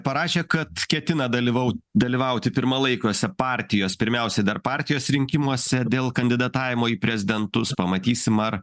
parašė kad ketina dalyvau dalyvauti pirmalaikiuose partijos pirmiausiai dar partijos rinkimuose dėl kandidatavimo į prezidentus pamatysim ar